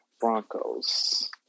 Broncos